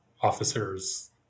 officers